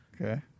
Okay